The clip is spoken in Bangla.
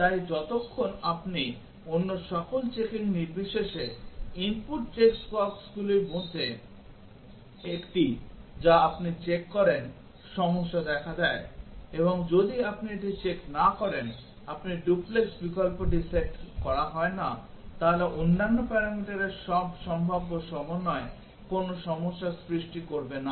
তাই যতক্ষণ আপনি অন্য সকল চেকিং নির্বিশেষে input চেক বক্সগুলির মধ্যে একটি যা আপনি চেক করেন সমস্যা দেখা দেয় এবং যদি আপনি এটি চেক না করেন আপনি ডুপ্লেক্স বিকল্পটি সেট করা হয় না তাহলে অন্যান্য প্যারামিটারের সব সম্ভাব্য সমন্বয় কোন সমস্যা সৃষ্টি করবে না